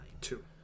Two